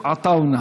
8509,